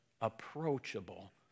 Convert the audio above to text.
approachable